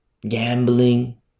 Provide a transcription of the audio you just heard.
gambling